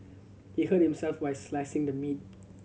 he hurt himself why slicing the meat